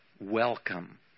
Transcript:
welcome